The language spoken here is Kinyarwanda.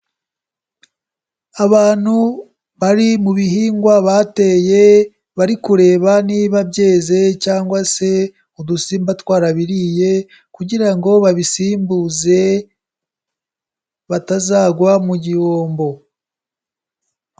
Abantu bari mu bihingwa bateye, bari kureba niba byeze cyangwa se udusimba twarabiriye kugira ngo babisimbuze batazagwa mu gihombo.